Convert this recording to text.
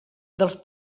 dels